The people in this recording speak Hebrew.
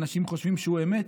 אנשים חושבים שהוא אמת.